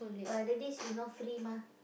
but at least you know free mah